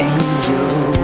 Angel